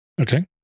Okay